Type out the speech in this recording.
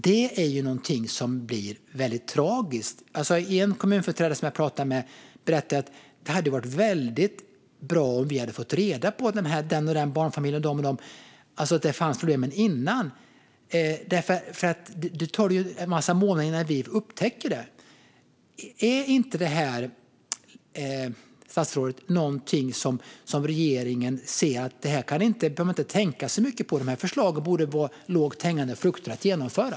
Det här är någonting som blir väldigt tragiskt. En kommunföreträdare som jag pratade med sa: Det hade varit väldigt bra om vi hade fått reda på att det fanns problem med den här barnfamiljen och de här personerna redan tidigare. Nu tar det ju en massa månader innan vi upptäcker det! Statsrådet! Är inte det här någonting som regeringen inser att man inte behöver tänka så mycket längre på? De här förslagen borde vara lågt hängande frukt att genomföra.